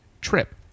trip